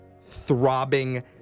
throbbing